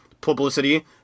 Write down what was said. publicity